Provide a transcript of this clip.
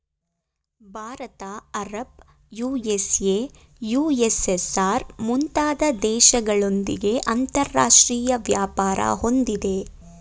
Bharat Arab, USA, USSR, ಮುಂತಾದ ದೇಶಗಳೊಂದಿಗೆ ಅಂತರಾಷ್ಟ್ರೀಯ ವ್ಯಾಪಾರ ಹೊಂದಿದೆ